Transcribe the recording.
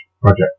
project